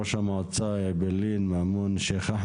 ראש המועצה אעבלין מאמון שיח,